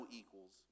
equals